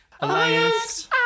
Alliance